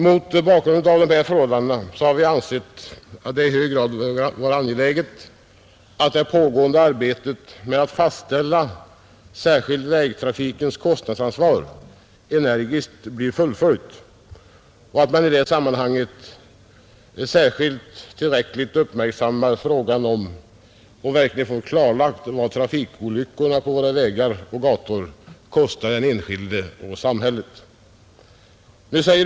Mot bakgrunden av dessa förhållanden har vi ansett det i hög grad angeläget att det pågående arbetet med att fastställa särskilt vägtrafikens kostnadsansvar energiskt fullföljs och att man i det sammanhanget särskilt uppmärksammar och verkligen klarlägger vad trafikolyckorna på vägar och gator kostar den enskilde och samhället.